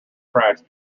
crash